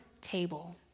table